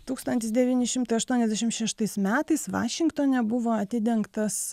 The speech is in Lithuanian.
tūkstantis devyni šimtai aštuoniasdešim šeštais metais vašingtone buvo atidengtas